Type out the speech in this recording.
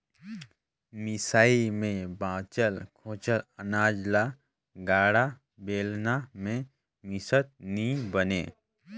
मिसई मे बाचल खोचल अनाज ल गाड़ा, बेलना मे मिसत नी बने